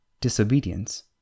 disobedience